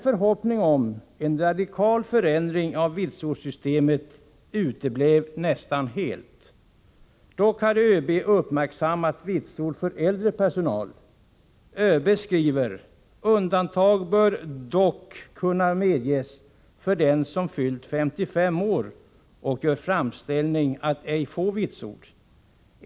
Förhoppningen om en radikal förändring av vitsordssystemet infriades knappast alls. Däremot hade ÖB uppmärksammat vitsorden för äldre personal. ÖB skrev: Undantag bör dock kunna medges för den som fyllt 55 år och gör framställning att ej få vitsord.